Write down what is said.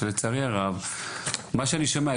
ממה שאני שומע,